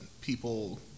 people